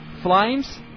Flames